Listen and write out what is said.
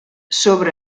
sobre